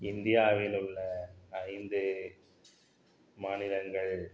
இந்தியாவிலுள்ள ஐந்து மாநிலங்கள்